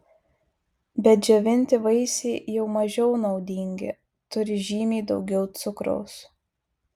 bet džiovinti vaisiai jau mažiau naudingi turi žymiai daugiau cukraus